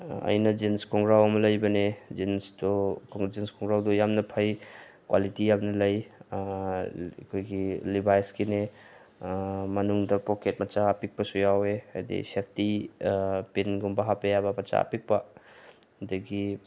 ꯑꯩꯅ ꯖꯤꯟꯁ ꯈꯣꯡꯒ꯭ꯔꯥꯎ ꯑꯃ ꯂꯩꯕꯅꯦ ꯖꯤꯟꯁꯇꯣ ꯖꯤꯟꯁ ꯈꯣꯡꯒ꯭ꯔꯥꯎꯗꯣ ꯌꯥꯝꯅ ꯐꯩ ꯀ꯭ꯋꯥꯂꯤꯇꯤ ꯌꯥꯝꯅ ꯂꯩ ꯑꯩꯈꯣꯏꯒꯤ ꯂꯤꯚꯥꯏꯁꯀꯤꯅꯦ ꯃꯅꯨꯡꯗ ꯄꯣꯀꯦꯠ ꯃꯆꯥ ꯑꯄꯤꯛꯄꯁꯨ ꯌꯥꯎꯋꯦ ꯍꯥꯏꯗꯤ ꯁꯦꯞꯇꯤ ꯄꯤꯟꯒꯨꯝꯕ ꯍꯥꯞꯄ ꯌꯥꯕ ꯃꯆꯥ ꯑꯄꯤꯛꯄ ꯑꯗꯒꯤ